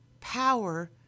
power